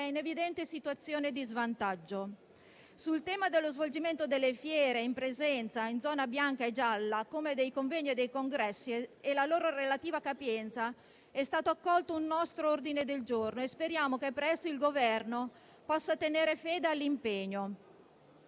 in evidente situazione di svantaggio. Sul tema dello svolgimento delle fiere in presenza in zona bianca e gialla, come dei convegni dei congressi e la loro relativa capienza, è stato accolto un nostro ordine del giorno e speriamo che presto il Governo possa tenere fede all'impegno.